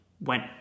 went